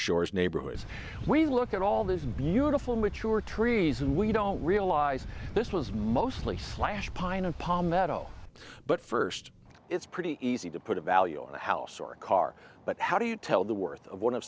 shores neighborhood as we look at all these beautiful mature trees and we don't realize this was mostly slash pine and palmetto but first it's pretty easy to put a value on a house or a car but how do you tell the worth of one of